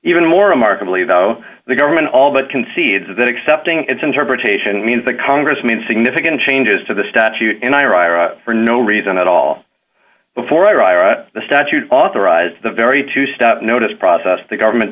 even more remarkably though the government all but concedes that accepting its interpretation means the congress made significant changes to the statute in iraq for no reason at all before iraq the statute authorized the very two step notice process the government